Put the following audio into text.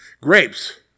Grapes